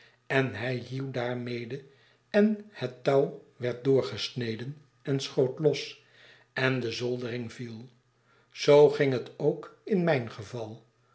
en hij hieuw daarmede en het touw werd doorgesneden en schoot los en de zoldering viel zoo ging het ook in mijn geval